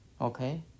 Okay